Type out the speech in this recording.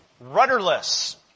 rudderless